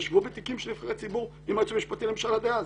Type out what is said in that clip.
ישבו בתיקים של נבחרי ציבור עם היועץ המשפטי לממשלה דאז.